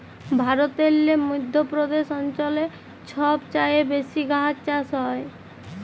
ভারতেল্লে মধ্য প্রদেশ অঞ্চলে ছব চাঁঁয়ে বেশি গাহাচ চাষ হ্যয়